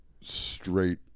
straight